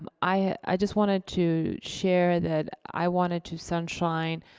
um i just wanted to share that i wanted to sunshine.